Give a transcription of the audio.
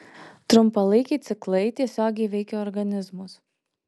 trumpalaikiai ciklai tiesiogiai veikia organizmus